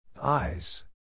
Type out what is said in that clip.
Eyes